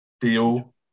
deal